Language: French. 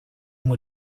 mois